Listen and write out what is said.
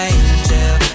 angel